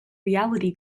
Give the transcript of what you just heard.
reality